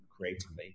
creatively